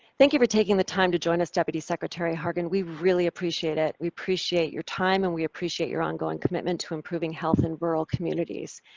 thank you for taking the time to join us, deputy secretary hargan. we really appreciate it. we appreciate your time and we appreciate your ongoing commitment to improving health in rural communities.